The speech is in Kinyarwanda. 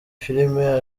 filime